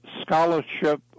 scholarship